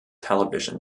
television